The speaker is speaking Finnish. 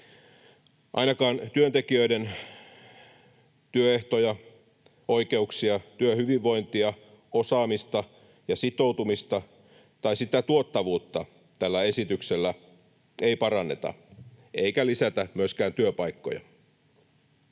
Ainakaan työntekijöiden työehtoja, oikeuksia, työhyvinvointia, osaamista ja sitoutumista tai sitä tuottavuutta tällä esityksellä ei paranneta eikä lisätä myöskään työpaikkoja.